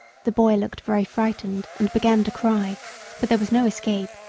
the boy looked very frightened and began to cry but there was no escape,